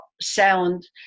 sound